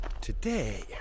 Today